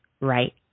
right